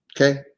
Okay